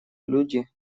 люди